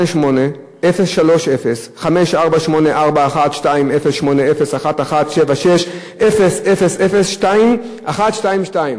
18803054841208011760002122,